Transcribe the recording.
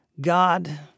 God